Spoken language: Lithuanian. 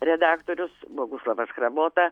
redaktorius boguslavas chrabota